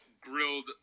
grilled